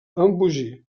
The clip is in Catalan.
embogir